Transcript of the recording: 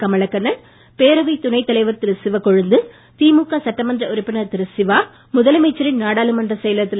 கமலக்கண்ணன் பேரவைத் துணை தலைவர் திரு சிவக்கொழுந்து திமுக சட்டமன்ற உறுப்பினர் திரு சிவா முதலமைச்சரின் நாடாளுமன்றச் செயலர் திரு